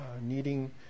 needing